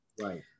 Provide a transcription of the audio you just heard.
Right